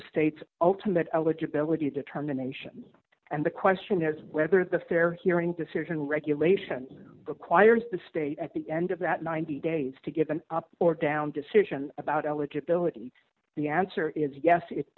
the state's ultimate eligibility determinations and the question is whether the fair hearing decision regulation requires the state at the end of that ninety days to get an up or down decision about eligibility the answer is yes it